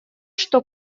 что